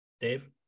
dave